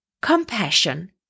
compassion